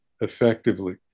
effectively